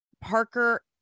Parker